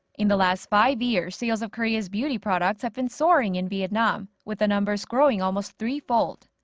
in the last five years, sales of korea's beauty products have been soaring in vietnam, with the numbers growing almost three fold.